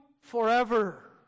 forever